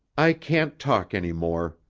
i can't talk any more,